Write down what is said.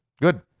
Good